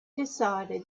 decided